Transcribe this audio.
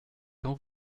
quand